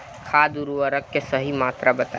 खाद उर्वरक के सही मात्रा बताई?